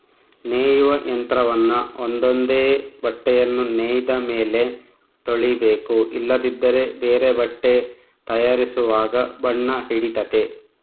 ನೇಯುವ ಯಂತ್ರವನ್ನ ಒಂದೊಂದೇ ಬಟ್ಟೆಯನ್ನು ನೇಯ್ದ ಮೇಲೆ ತೊಳಿಬೇಕು ಇಲ್ಲದಿದ್ದರೆ ಬೇರೆ ಬಟ್ಟೆ ತಯಾರಿಸುವಾಗ ಬಣ್ಣ ಹಿಡಿತತೆ